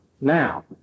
now